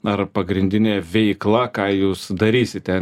ar pagrindinė veikla ką jūs darysite